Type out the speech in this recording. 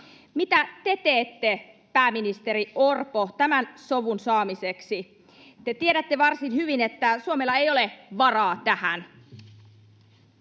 Mitä te teette, pääministeri Orpo, sovun saamiseksi? Te tiedätte varsin hyvin, että Suomella ei ole varaa tähän.